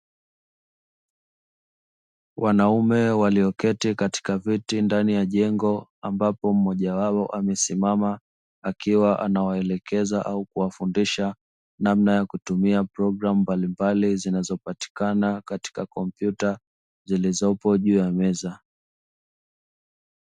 Wanaume walioketi katika viti ndani ya jengo, ambapo mmoja wao amesimaa akiwa ana waelekeza au kuwafundisha namna ya kutumia programu mbalimbali zinazo patikana katika kompyuta zilizopo juu ya meza.